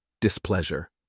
displeasure